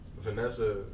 Vanessa